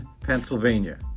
Pennsylvania